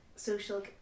social